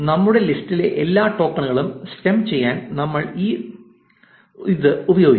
നമ്മുടെ ലിസ്റ്റിലെ എല്ലാ ടോക്കണുകളും സ്റ്റെം ചെയ്യാൻ ഞങ്ങൾ ഈ നമ്മൾ ഉപയോഗിക്കും